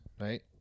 right